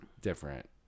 different